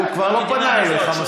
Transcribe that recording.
הוא כבר לא פונה אליך.